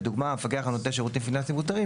לדוגמה מפקח הנותן שירותים פיננסים מותרים,